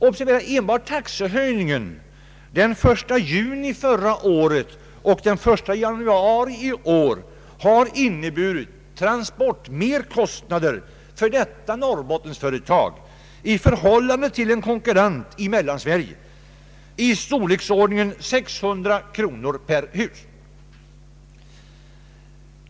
Observera att enbart taxehöjningen den 1 juni förra året och den 1 januari i år har inneburit transportmerkostnader för detta Norrbottensföretag i förhållande till en konkurrent i Mellansverige av storleksordningen 600 kronor per hus.